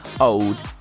old